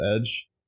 edge